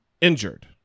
injured